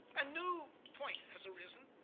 a new point has arisen.